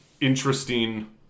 interesting